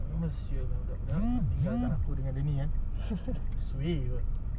apa [siol] nya budak-budak tinggalkan aku dengan dia ni ah suay kot